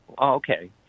okay